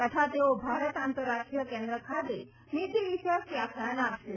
તથા તેઓ ભારત આંતરરાષ્ટ્રીય કેન્દ્ર ખાતે નીતીવિષયક વ્યાખ્યાન આપશે